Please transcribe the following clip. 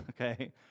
okay